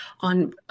on